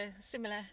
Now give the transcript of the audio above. similar